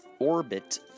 orbit